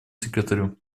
секретарю